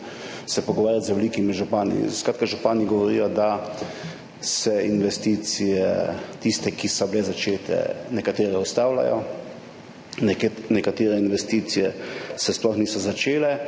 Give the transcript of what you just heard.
pogovarjati se z veliko župani. Skratka, župani govorijo, da se investicije, tiste, ki so bile začete, nekatere ustavljajo, nekatere investicije se sploh niso začele.